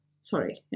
Sorry